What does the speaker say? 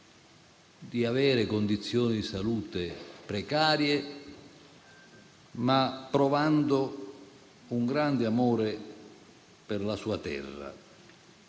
di avere condizioni di salute precarie, ma provando un grande amore per la sua terra.